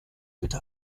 bitte